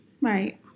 right